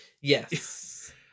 Yes